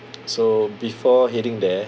so before heading there